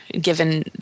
given